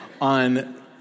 on